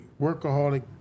Workaholic